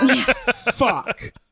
fuck